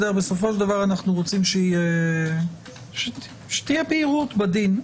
בסופו של דבר אנחנו רוצים שתהיה בהירות בדין.